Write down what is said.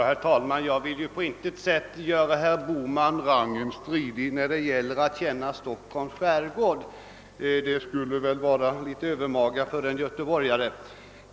Herr talman! Jag vill på intet sätt göra herr Bohman rangen stridig som kännare av Stockholms skärgård; det skulle väl vara litet övermaga av en göteborgare.